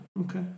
okay